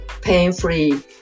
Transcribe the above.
pain-free